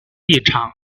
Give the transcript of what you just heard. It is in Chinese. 立场